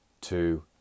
two